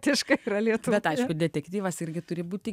aišku detektyvas irgi turi būti